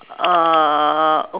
uh